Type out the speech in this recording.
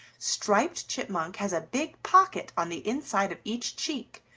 striped chipmunk has a big pocket on the inside of each cheek,